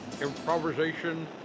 Improvisation